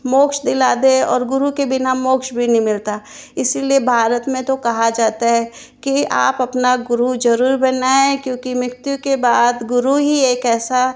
मोक्ष दिला दे और गुरु के बिना मोक्ष भी नहीं मिलता इसलिए भारत में तो कहा जाता है कि आप अपना गुरु जरूर बनाएं क्योंकि मृत्यु के बाद गुरु ही एक ऐसा